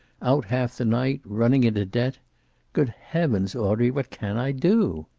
out half the night, running into debt good heavens, audrey, what can i do?